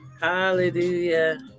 Hallelujah